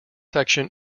section